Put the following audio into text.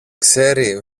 ξέρει